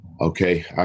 Okay